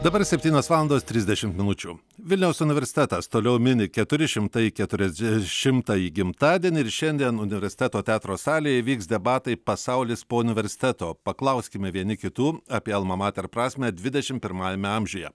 dabar septynios valandos trisdešimt minučių vilniaus universitetas toliau mini keturi šimtai keturiasdešimtąjį gimtadienį ir šiandien universiteto teatro salėj įvyks debatai pasaulis po universiteto paklauskime vieni kitų apie alma mater prasmę dvidešim pirmajame amžiuje